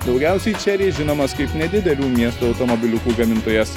daugiausiai chery žinomas kaip nedidelių miestų automobiliukų gamintojas